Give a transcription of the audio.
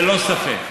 ללא ספק,